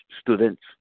students